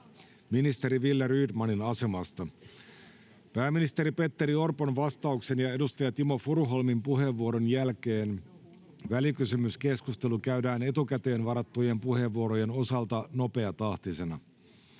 ministeri Wille Rydmanin asemasta. Pääministeri Petteri Orpon vastauksen ja edustaja Timo Furuholmin puheenvuoron jälkeen välikysymyskeskustelu käydään etukäteen varattujen puheenvuorojen osalta nopeatahtisena.